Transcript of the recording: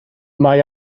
mae